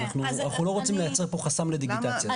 אנחנו לא רוצים לייצר פה חסם לדיגיטציה.